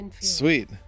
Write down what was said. Sweet